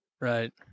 Right